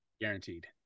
Guaranteed